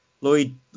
Lloyd